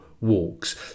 walks